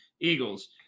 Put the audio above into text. Eagles